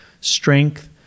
strength